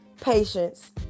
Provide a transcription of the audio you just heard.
patience